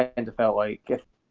and felt like it